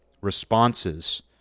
responses